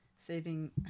Saving